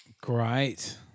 Great